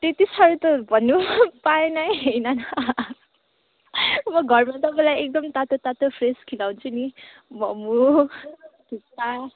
त्यति साह्रो त भन्नु पाएन है नाना म घरमा तपाईँलाई एकदम तातो तातो फ्रेस खुवाउँछु नि मोमो थुक्पा